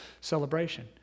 celebration